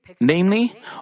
namely